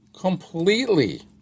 completely